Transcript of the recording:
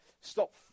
stop